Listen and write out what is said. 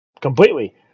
Completely